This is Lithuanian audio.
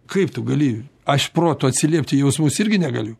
kaip tu gali aš protu atsiliept į jausmus irgi negaliu